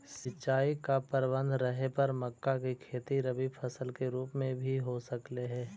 सिंचाई का प्रबंध रहे पर मक्का की खेती रबी फसल के रूप में भी हो सकलई हे